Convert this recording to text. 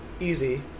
easy